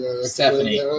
Stephanie